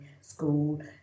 school